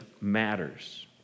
matters